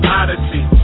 odyssey